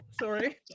Sorry